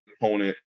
opponent